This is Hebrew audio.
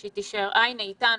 הנה, היא איתנו.